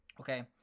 Okay